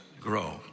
grow